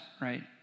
right